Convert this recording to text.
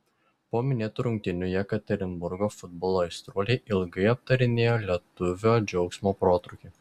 po minėtų rungtynių jekaterinburgo futbolo aistruoliai ilgai aptarinėjo lietuvio džiaugsmo protrūkį